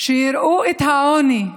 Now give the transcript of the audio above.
שיראו את העוני,